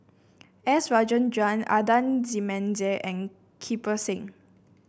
S Rajendran Adan Jimenez and Kirpal Singh